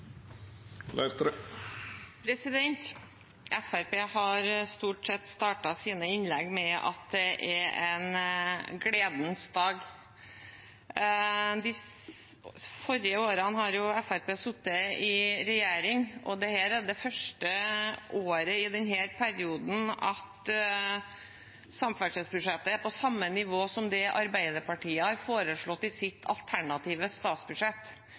utgiftssluk. Fremskrittspartiet har stort sett startet sine innlegg med at dette er en gledens dag. De foregående årene har Fremskrittspartiet sittet i regjering, og dette er det første året i denne stortingsperioden at samferdselsbudsjettet er på samme nivå som det Arbeiderpartiet har forslått i sitt alternative statsbudsjett.